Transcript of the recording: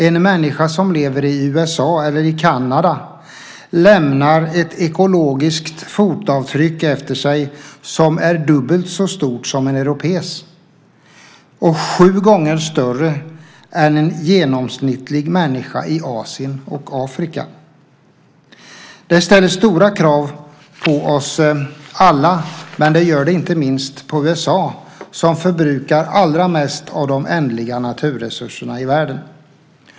En människa som lever i USA eller Kanada lämnar ett ekologiskt fotavtryck efter sig som är dubbelt så stort som en europés och sju gånger större än en genomsnittlig människa i Asien eller Afrika. Det ställer stora krav på oss alla, och inte minst på USA som förbrukar allra mest av de ändliga naturresurserna i världen.